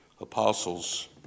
apostles